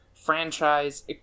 franchise